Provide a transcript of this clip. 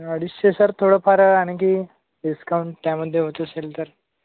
अडीचशे सर थोडंफार आणखी डिस्काऊंट त्यामध्ये होत असेल तर